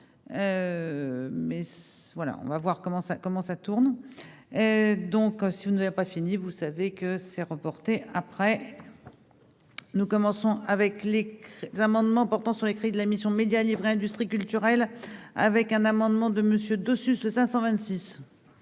ça, comment ça tourne donc si vous ne avez pas fini, vous savez que c'est reporté après nous commençons avec les amendements portant sur l'écrit, de la mission Médias livre et industries culturelles avec un amendement de monsieur dessus de 526.